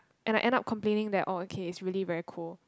and I end up complaining that oh okay is really very cool